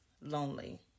lonely